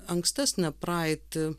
ankstesnę praeitį